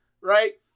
right